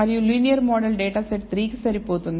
మరియు linear model data set 3 కి సరిపోతుంది